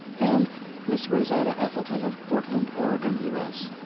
and miss rosannah ethelton, of portland, oregon, u. s.